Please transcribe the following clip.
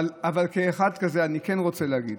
אבל לאחד כזה אני כן רוצה להגיד